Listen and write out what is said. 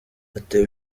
atewe